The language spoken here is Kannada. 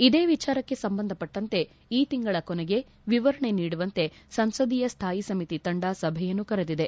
ಇದೇ ವಿಚಾರಕ್ಷೆ ಸಂಬಂಧಪಟ್ಟಂತೆ ಈ ತಿಂಗಳ ಕೊನೆಗೆ ವಿವರಣೆ ನೀಡುವಂತೆ ಸಂಸದೀಯ ಸ್ವಾಯಿ ಸಮಿತಿ ತಂಡ ಸಭೆಯನ್ನು ಕರೆದಿದೆ